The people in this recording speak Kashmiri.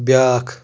بیاکھ